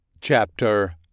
Chapter